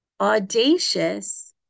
audacious